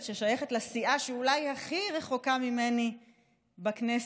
ששייכת לסיעה שאולי הכי רחוקה ממני בכנסת,